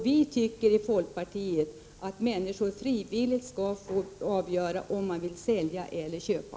Vi i folkpartiet tycker att människor frivilligt skall få avgöra om de vill sälja eller köpa.